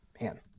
Man